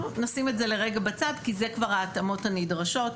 נשים את זה לרגע בצד כי זה כבר ההתאמות הנדרשות,